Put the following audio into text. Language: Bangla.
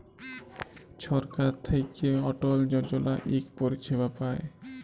ছরকার থ্যাইকে অটল যজলা ইক পরিছেবা পায়